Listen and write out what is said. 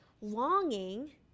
longing